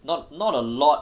not not a lot